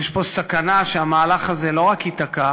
יש פה סכנה שהמהלך הזה לא רק ייתקע,